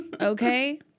okay